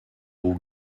will